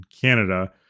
Canada